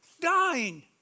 dying